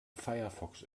firefox